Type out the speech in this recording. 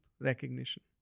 recognition